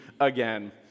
again